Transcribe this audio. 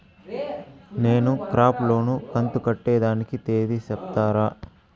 నేను crop loan కంతు కట్టేదానికి తేది సెప్తారా?